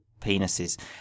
penises